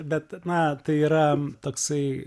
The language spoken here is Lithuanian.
bet na tai yra tasai